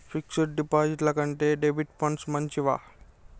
Fix డ్ డిపాజిట్ల కంటే డెబిట్ ఫండ్స్ మంచివా?